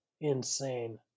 insane